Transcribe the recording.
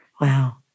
Wow